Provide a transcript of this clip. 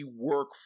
work